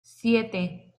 siete